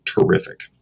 Terrific